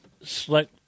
select